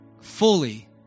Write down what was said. fully